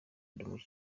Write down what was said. umukinnyi